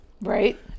Right